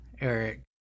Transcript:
Eric